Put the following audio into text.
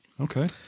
Okay